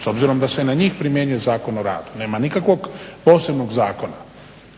s obzirom da se na njih primjenjuje Zakon o radu. Nema nikakvog posebnog zakona.